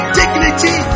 dignity